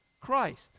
Christ